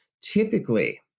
typically